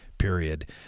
period